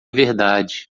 verdade